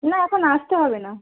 না এখন আসতে হবে না